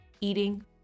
eating